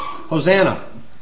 Hosanna